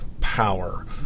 power